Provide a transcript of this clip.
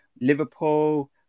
Liverpool